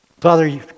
Father